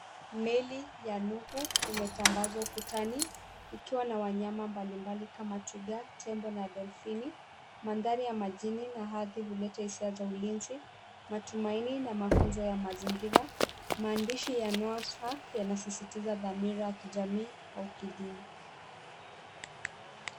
Meli ya nuhu imetambazwa ukutani ikiwa na wanyama mbalimbali kama Twiga Tembo na dolphin mandhari ya majini na aridhi uleta hizia za ulinzi matumaini na mafunzo ya mazingira, maandishi yanayo yanasisitiza dhamira ya kijamii au kidini.